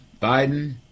Biden